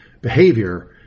behavior